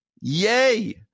Yay